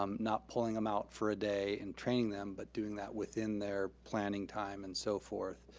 um not pulling them out for a day and training them, but doing that within their planning time and so forth